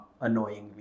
annoyingly